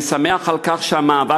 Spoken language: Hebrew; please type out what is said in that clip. אני שמח על כך שהמאבק,